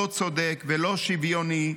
לא צודק ולא שוויוני,